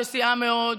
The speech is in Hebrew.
שסייעה מאוד,